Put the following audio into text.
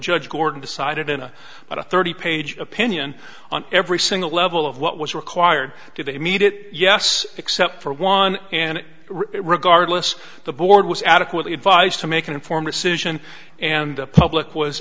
judge gordon decided in a but a thirty page opinion on every single level of what was required to the immediate yes except for one and regardless the board was adequately advised to make an informed decision and the public was